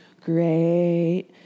great